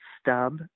stub